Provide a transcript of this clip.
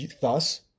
thus